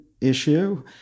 issue